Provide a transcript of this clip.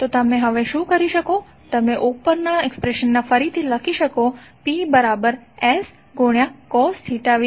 તો તમે શું કરી શકો છો તમે ઉપરના એક્સપ્રેશનને ફરીથી લખી શકો છો P S cos v i આ S શું છે